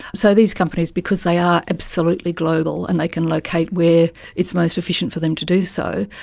so these companies, because they are absolutely global and they can locate where it's most efficient for them to do so,